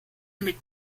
mit